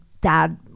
dad